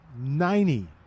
Ninety